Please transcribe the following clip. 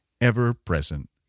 ever-present